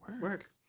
Work